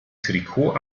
trikot